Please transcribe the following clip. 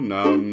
now